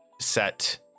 set